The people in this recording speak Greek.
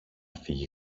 φύγει